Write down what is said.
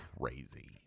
crazy